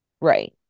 Right